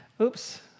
Oops